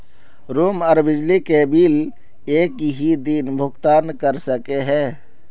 Room आर बिजली के बिल एक हि दिन भुगतान कर सके है?